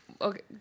okay